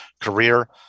career